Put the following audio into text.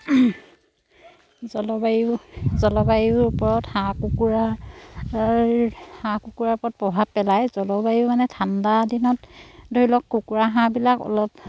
জলবায়ু জলবায়ুুৰ ওপৰত হাঁহ কুকুৰাৰ হাঁহ কুকুৰাৰ ওপৰত প্ৰভাৱ পেলায় জলবায়ু মানে ঠাণ্ডা দিনত ধৰি লওক কুকুৰা হাঁহবিলাক অলপ